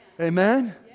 Amen